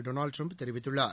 Donald Trump தெரிவித்துள்ளார்